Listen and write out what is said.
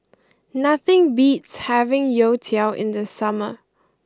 nothing beats having Youtiao in the summer